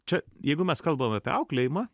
čia jeigu mes kalbam apie auklėjimą